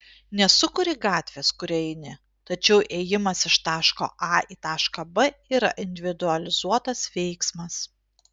nesukuri gatvės kuria eini tačiau ėjimas iš taško a į tašką b yra individualizuotas veiksmas